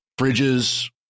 Fridges